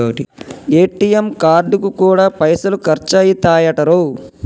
ATM కార్డుకు గూడా పైసలు ఖర్చయితయటరో